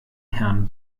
herrn